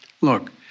Look